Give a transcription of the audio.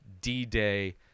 d-day